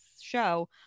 show